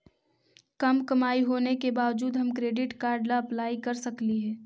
कम कमाई होने के बाबजूद हम क्रेडिट कार्ड ला अप्लाई कर सकली हे?